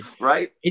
Right